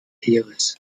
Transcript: heeres